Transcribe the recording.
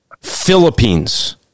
Philippines